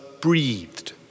breathed